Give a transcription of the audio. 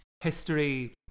history